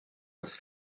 das